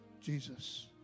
Jesus